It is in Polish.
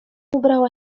ubrała